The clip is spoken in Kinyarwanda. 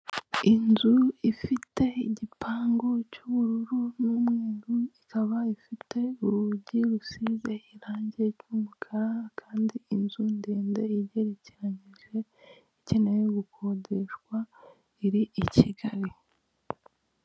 Inzu ifite igipangu cy'ubururu n'umweru ikaba ifite urugi rusize iranjye ry'umukara kandi inzu ndende igerekeranyije ikenewe gukodeshwa iri i kigali.